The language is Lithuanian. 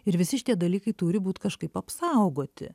ir visi šitie dalykai turi būt kažkaip apsaugoti